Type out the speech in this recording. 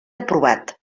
aprovat